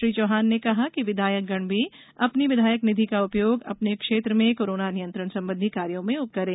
श्री चौहान ने कहा कि विधायकगण अपने विधायक निधि का उपयोग अपने क्षेत्र में कोरोना नियंत्रण संबंधी कार्यों में उपयोग करें